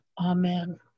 Amen